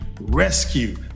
rescue